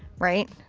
right.